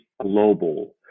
global